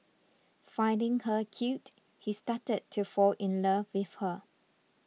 finding her cute he started to fall in love with her